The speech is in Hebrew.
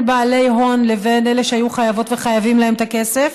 בעלי הון לבין אלה שהיו חייבות וחייבים להם את הכסף,